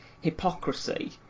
hypocrisy